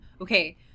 okay